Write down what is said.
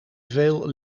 veel